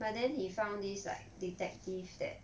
but then he found this like detective that